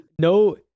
no